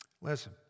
Listen